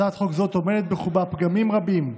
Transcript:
הצעת חוק זו טומנת בחובה פגמים רבים,